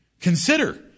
Consider